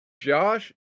Josh